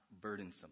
burdensome